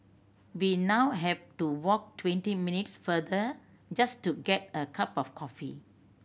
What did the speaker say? we now have to walk twenty minutes further just to get a cup of coffee